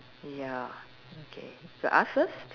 ya okay you ask first